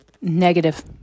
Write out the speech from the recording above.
negative